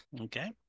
Okay